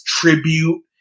tribute